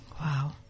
Wow